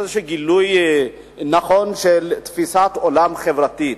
איזשהו גילוי נכון של תפיסת עולם חברתית.